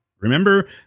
Remember